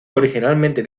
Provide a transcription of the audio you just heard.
originalmente